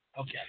Okay